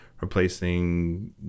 replacing